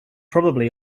probably